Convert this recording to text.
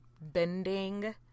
bending